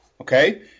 okay